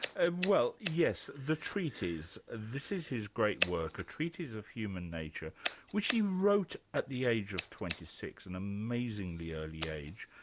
and well yes, the treatise. this is his great work, a treatise of human nature which he wrote at the age of twenty six, an amazingly early age.